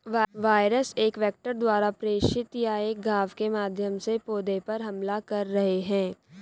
virus एक vector द्वारा प्रेषित या एक घाव के माध्यम से पौधे पर हमला कर रहे हैं